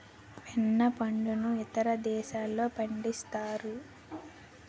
వెన్న పండును ఇతర దేశాల్లో పండిస్తారు